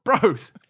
bros